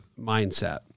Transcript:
mindset